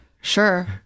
Sure